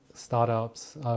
startups